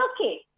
okay